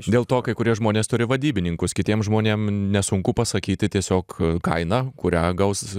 dėl to kai kurie žmonės turi vadybininkus kitiem žmonėm nesunku pasakyti tiesiog kainą kurią gaus